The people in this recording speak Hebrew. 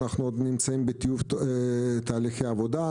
אנחנו נמצאים בטיוב תהליכי עבודה.